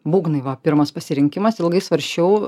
būgnai va pirmas pasirinkimas ilgai svarsčiau